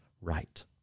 right